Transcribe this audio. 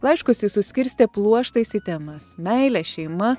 laiškus jis suskirstė pluoštais į temas meilė šeima